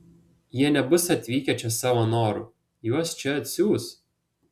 jie nebus atvykę čia savo noru juos čia atsiųs